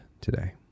today